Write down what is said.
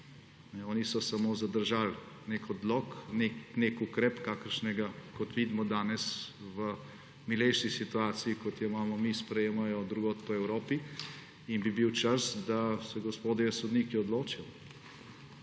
Oni so samo zadržali nek odlok, nek ukrep, kakršnega, kot vidimo danes, v milejši situaciji, kot jo imamo mi, sprejemajo drugod po Evropi. Bil bi čas, da se gospodje sodniki odločijo.